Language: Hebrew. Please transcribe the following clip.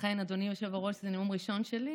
אכן, אדוני היושב-ראש, זה נאום ראשון שלי.